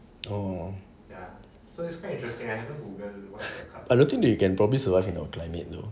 oh I don't think that you can probably survive in our climate though